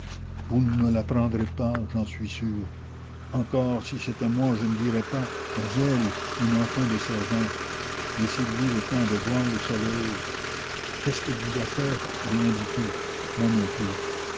vous ne me la prendrez pas j'en suis sûre encore si c'était moi je ne dirais pas mais elle une enfant de seize ans laissez-lui le temps de voir le soleil qu'est-ce qu'elle vous a fait rien du tout moi non plus